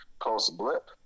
post-Blip